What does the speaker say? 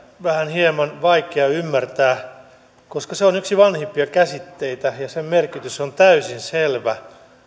hieman vaikea ymmärtää koska se on yksi vanhimpia käsitteitä ja sen merkitys on täysin selvä